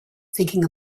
thinking